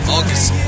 August